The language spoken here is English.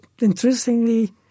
interestingly